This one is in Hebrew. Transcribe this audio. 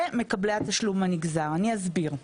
ומקבלי התשלום הנגזר, אני אסביר.